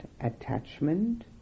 attachment